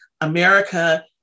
America